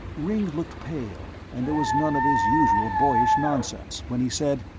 ringg looked pale and there was none of his usual boyish nonsense when he said,